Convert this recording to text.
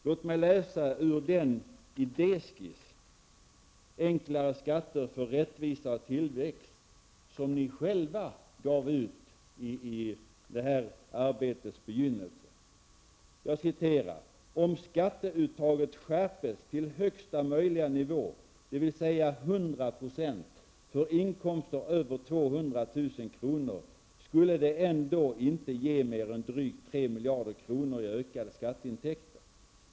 Låt mig läsa ur den idéskiss ''Enklare skatter för rättvisa och tillväxt'' som ni själva gav ut i arbetets begynnelse:''Om skatteuttaget skärptes till högsta möjliga nivå, dvs. 100 %, för inkomster över 200 000 kr., skulle det ändå inte ge mer än drygt 3 miljarder kr. i ökade skatteintäkter.